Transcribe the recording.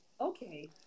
Okay